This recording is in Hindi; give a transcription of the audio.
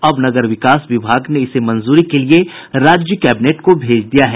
अब नगर विकास विभाग ने इसे मंजूरी के लिए राज्य कैबिनेट को भेज दिया है